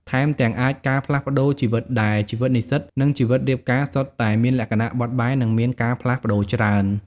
ថែមទាំងអាចការផ្លាស់ប្តូរជីវិតដែល ជីវិតនិស្សិត និងជីវិតរៀបការសុទ្ធតែមានលក្ខណៈបត់បែន និងមានការផ្លាស់ប្តូរច្រើន។